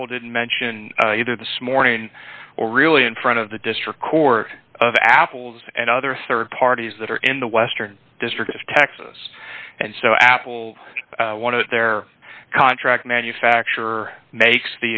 apple didn't mention either the smorgon or really in front of the district court of apples and other rd parties that are in the western district of texas and so apple one of their contract manufacturer makes